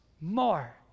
more